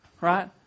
Right